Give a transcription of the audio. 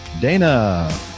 Dana